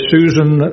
Susan